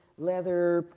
leather,